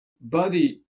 body